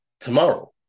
Tomorrow